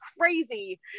crazy